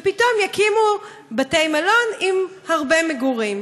ופתאום יקימו בתי-מלון עם הרבה מגורים.